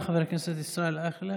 תודה, חבר הכנסת ישראל אייכלר.